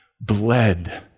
bled